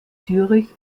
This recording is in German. zürich